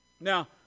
Now